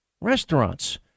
Restaurants